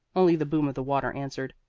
only the boom of the water answered.